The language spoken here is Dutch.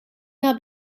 naar